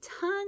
ton